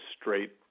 straight